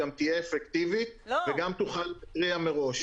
ורך עריכת חקירה אפידמיולוגית וימחק אותו בחלוף 20 ימים מיום קבלתו,